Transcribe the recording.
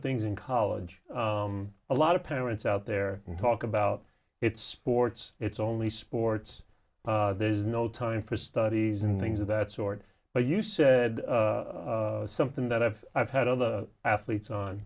things in college a lot of parents out there talk about it sports it's only sports there's no time for studies and things of that sort but you said something that i've i've had other athletes on